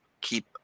keep